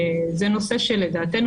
זה נושא שלדעתנו,